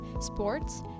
sports